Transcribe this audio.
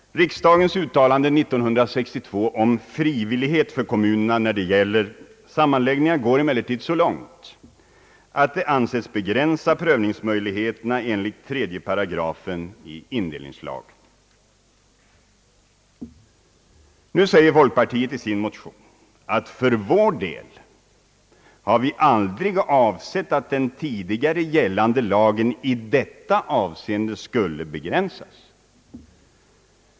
Riksdagens uttalande år 1962 om frivillighet för kommunerna när det gäller sammanläggningar går emellertid så långt att det anses begränsa prövningsmöjligheterna enligt 3 § indelningslagen. I sin motion framhåller folkpartiet, att för vår del har vi aldrig avsett att den tidigare gällande lagen i detta avseende skulle begränsas.